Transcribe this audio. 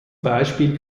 beispiel